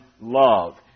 love